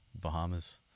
Bahamas